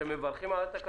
האם אתם מברכים על התקנות?